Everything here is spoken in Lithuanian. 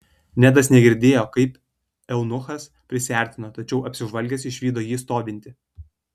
nedas negirdėjo kaip eunuchas prisiartino tačiau apsižvalgęs išvydo jį stovintį